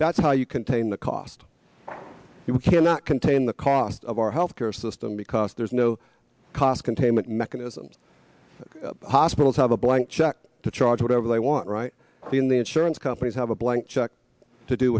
that's how you contain the cost you cannot contain the cost of our health care system because there's no cost containment mechanism that hospitals have a blank check to charge whatever they want right when the insurance companies have a blank check to do